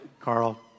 Carl